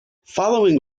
following